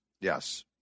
yes